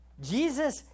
Jesus